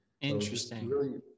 Interesting